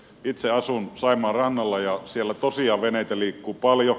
itse asun saimaan rannalla ja siellä tosiaan veneitä liikkuu paljon